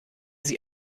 sie